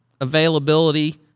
availability